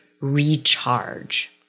recharge